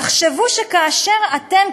תחשבו שכאשר אתם,